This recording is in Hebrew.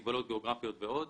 מגבלות גיאוגרפיות ועוד.